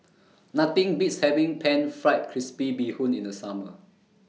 Nothing Beats having Pan Fried Crispy Bee Hoon in The Summer